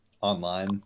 online